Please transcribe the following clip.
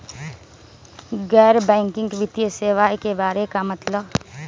गैर बैंकिंग वित्तीय सेवाए के बारे का मतलब?